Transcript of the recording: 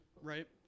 right